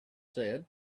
said